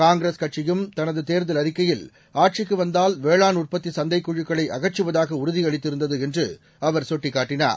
காங்கிரஸ் கட்சியும் தனது தேர்தல் அறிக்கையில் ஆட்சிக்கு வந்தால் வேளாண் உற்பத்தி சந்தைக் குழுக்களை அகற்றுவதாக உறுதியளித்திருந்தது என்று அவர் சுட்டிக்காட்டினார்